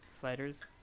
fighters